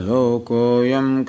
Lokoyam